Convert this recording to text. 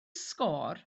sgôr